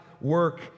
work